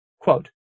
quote